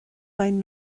beidh